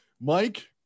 Mike